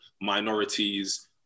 minorities